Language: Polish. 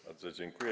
Bardzo dziękuję.